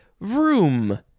Vroom